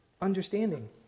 understanding